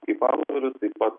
kaip autorius taip pat